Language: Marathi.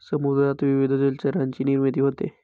समुद्रात विविध जलचरांची निर्मिती होते